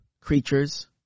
creatures